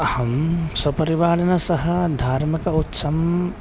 अहं स्वपरिवारेन सह धार्मिक उत्सवम्